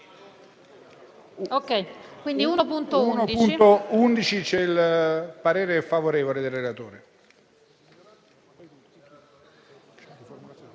1.11.